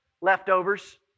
Leftovers